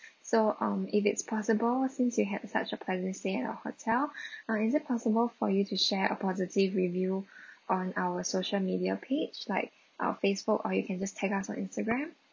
so um if it's possible since you had such a pleasant stay at our hotel uh is it possible for you to share a positive review on our social media page like our Facebook or you can just tag us on Instagram